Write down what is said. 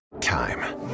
Time